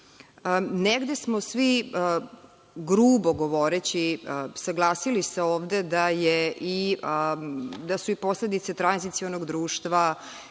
smo svi, grubo govoreći, saglasili se ovde da su i posledice tranzicionog društva